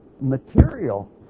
material